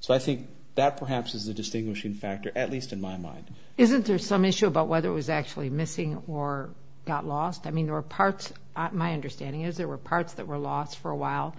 so i think that perhaps is the distinguishing factor at least in my mind isn't there some issue about whether it was actually missing or not last i mean or parts my understanding is there were parts that were lost for a while